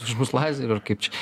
už mus lazerių ar kaip čia